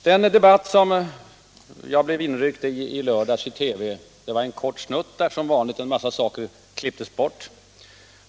Den debatt i TV som jag i lördags blev inryckt i bestod för min del av en kort snutt, där som vanligt en massa saker klipptes bort.